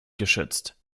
geschützt